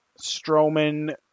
Strowman